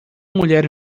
mulher